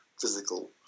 physical